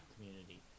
community